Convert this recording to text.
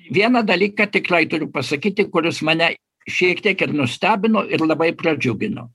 vieną dalyką tikrai turiu pasakyti kuris mane šiek tiek ir nustebino ir labai pradžiugino